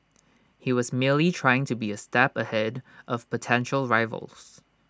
he was merely trying to be A step ahead of potential rivals